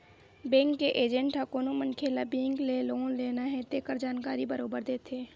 bank के agent ह कोनो मनखे ल बेंक ले लोन लेना हे तेखर जानकारी बरोबर देथे